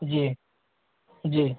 जी जी